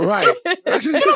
Right